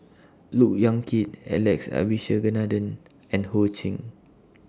Look Yan Kit Alex Abisheganaden and Ho Ching